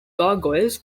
gargoyles